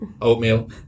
oatmeal